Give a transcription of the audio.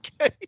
Okay